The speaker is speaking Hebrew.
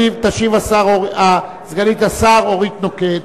תשיב סגנית השר אורית נוקד.